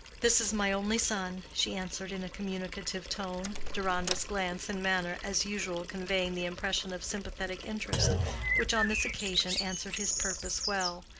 this is my only son, she answered in a communicative tone, deronda's glance and manner as usual conveying the impression of sympathetic interest which on this occasion answered his purpose well.